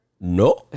No